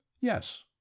Yes